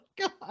God